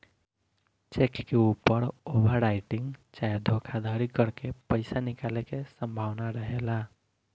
check के ऊपर overwriting चाहे धोखाधरी करके पईसा निकाले के संभावना रहेला